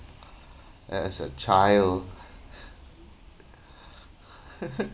a~ as a child